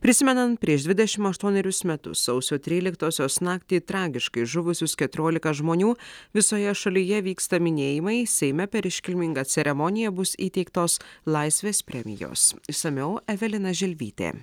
prisimenant prieš dvidešim aštuonerius metus sausio tryliktosios naktį tragiškai žuvusius keturiolika žmonių visoje šalyje vyksta minėjimai seime per iškilmingą ceremoniją bus įteiktos laisvės premijos išsamiau evelina želvytė